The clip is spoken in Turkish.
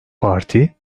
parti